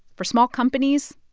for small companies,